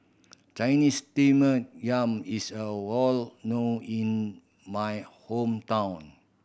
Chinese Steamed Yam is a wall known in my hometown